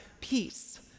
peace